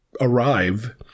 arrive